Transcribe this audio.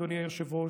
אדוני היושב-ראש,